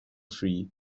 free